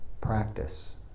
practice